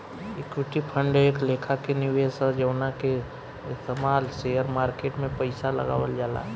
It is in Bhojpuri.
ईक्विटी फंड एक लेखा के निवेश ह जवना के इस्तमाल शेयर मार्केट में पइसा लगावल जाला